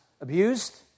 abused